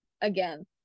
again